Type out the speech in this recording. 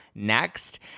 next